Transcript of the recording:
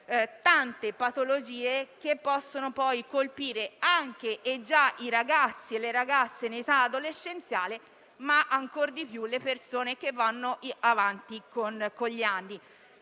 tante patologie che possono colpire anche i ragazzi e le ragazze in età adolescenziale, ma ancor di più le persone avanti negli anni.